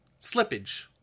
Slippage